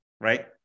right